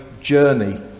journey